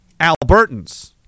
Albertans